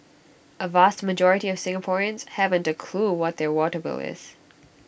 A vast majority of Singaporeans haven't A clue what their water bill is